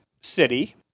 City